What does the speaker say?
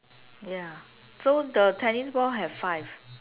ya so the tennis ball have five